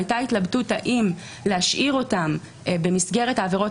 הייתה התלבטות האם להשאיר אותם במסגרת העבירות